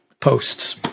posts